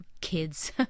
kids